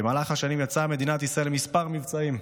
במהלך השנים יצאה מדינת ישראל לכמה מבצעים,